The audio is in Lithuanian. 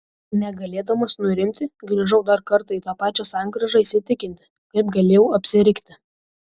negalėdamas nurimti grįžau dar kartą į tą pačią sankryžą įsitikinti kaip galėjau taip apsirikti